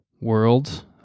world